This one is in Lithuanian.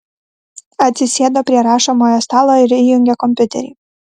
atsisėdo prie rašomojo stalo ir įjungė kompiuterį